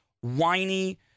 whiny